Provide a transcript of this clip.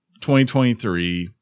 2023